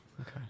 Okay